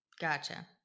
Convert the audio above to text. Gotcha